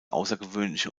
außergewöhnliche